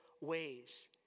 ways